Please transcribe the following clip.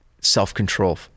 self-control